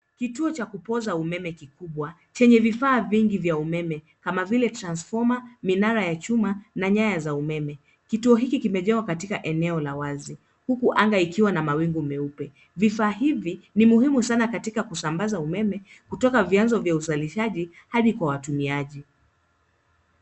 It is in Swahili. Kituo cha kupooza umeme kikubwa chenye vifaa vingi vya umeme kama vile transfoma, minara ya chuma na nyaya za umeme. Kituo hiki kimejengwa katika eneo la wazi huku anga ikiwa na mawingu meupe. Vifaa hivi ni muhimu sana katika kusambaza umeme, kutoka vyanzo vya uzalishaji hadi kwa watumiaji.